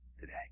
today